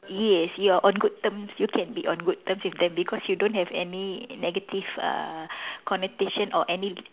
yes you are on good terms you can be on good terms with them because you don't have any negative (uh)connotations or any